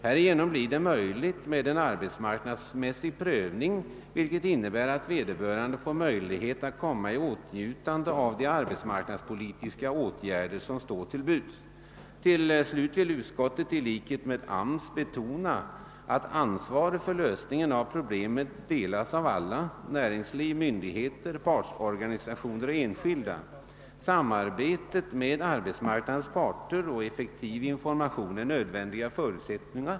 Härigenom blir det möjligt med en arbetsmarknadsmässig prövning, vilket innebär att vederbörande får möjlighet att komma i åtnjutande av de arbetsmarknadspolitiska åtgärder som står till buds. Till slut vill utskottet i likhet med arbetsmarknadsstyrelsen betona att ansvaret för lösningen av problemet delas av alla: näringsliv, myndigheter, partsorganisationer och enskilda. Samarbetet med arbetsmarknadens parter och effektiv information är nödvändiga förutsättningar.